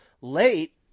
late